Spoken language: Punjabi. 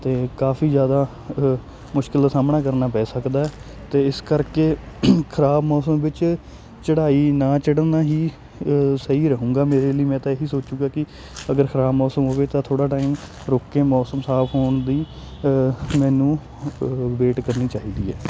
ਅਤੇ ਕਾਫ਼ੀ ਜ਼ਿਆਦਾ ਮੁਸ਼ਕਲ ਦਾ ਸਾਮ੍ਹਣਾ ਕਰਨਾ ਪੈ ਸਕਦਾ ਹੈ ਅਤੇ ਇਸ ਕਰਕੇ ਖ਼ਰਾਬ ਮੌਸਮ ਵਿੱਚ ਚੜ੍ਹਾਈ ਨਾ ਚੜ੍ਹਨਾ ਹੀ ਸਹੀ ਰਹੂੰਗਾ ਮੇਰੇ ਲਈ ਮੈਂ ਤਾਂ ਇਹੀ ਸੋਚੂੰਗਾ ਕਿ ਅਗਰ ਖ਼ਰਾਬ ਮੌਸਮ ਹੋਵੇ ਤਾਂ ਥੋੜ੍ਹਾ ਟਾਈਮ ਰੁਕ ਕੇ ਮੌਸਮ ਸਾਫ਼ ਹੋਣ ਦੀ ਮੈਨੂੰ ਵੇਟ ਕਰਨੀ ਚਾਹੀਦੀ ਹੈ